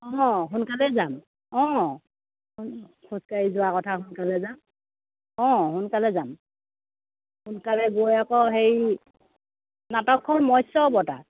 সোনকালে যাম খোজকাঢ়ি যোৱা কথা সোনকালে যাম সোনকালে যাম সোনকালে গৈ অক হেই নাটকখন মস্য অৱতাৰ